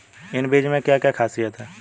इन बीज में क्या क्या ख़ासियत है?